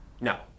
No